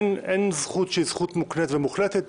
אין זכות שהיא זכות מוקנית ומוחלטת,